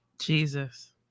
Jesus